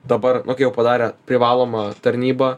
dabar nu kai jau padarė privalomą tarnybą